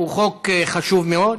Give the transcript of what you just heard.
החוק חשוב מאוד,